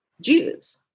Jews